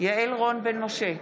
יעל רון בן משה,